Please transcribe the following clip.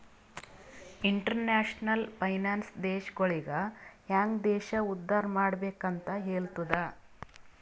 international finance ದೇಶಗೊಳಿಗ ಹ್ಯಾಂಗ್ ದೇಶ ಉದ್ದಾರ್ ಮಾಡ್ಬೆಕ್ ಅಂತ್ ಹೆಲ್ತುದ